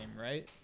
right